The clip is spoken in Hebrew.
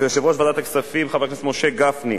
ויושב-ראש ועדת הכספים חבר הכנסת משה גפני,